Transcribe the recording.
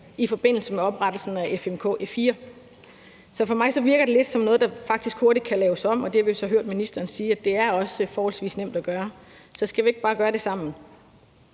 i forbindelse med oprettelsen af Fælles Medicinkort i 2004. Så for mig virker det lidt som noget, der faktisk hurtigt kan laves om, og vi har hørt ministeren sige, at det også er forholdsvis nemt at gøre, så skal vi ikke bare gøre det sammen?